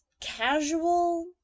casual